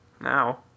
Now